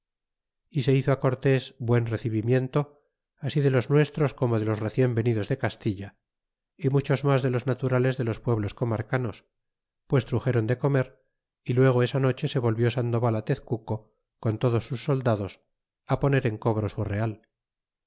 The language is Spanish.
y se hizo á cortés buen recebimiento así de los nuestros corno de los recien venidos de castilla y muchos mas de los naturales de los pueblos comarcanos pues truxeron de comer y luego esa noche se volvió sandoval á tezcuco con todos sus soldados poner en cobro su real